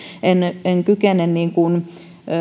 uskoon en kykene